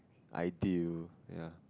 ideal ya